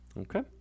Okay